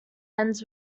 ends